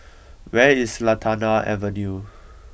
where is Lantana Avenue